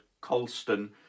Colston